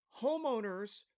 homeowners